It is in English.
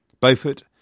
Beaufort